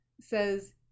says